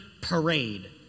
parade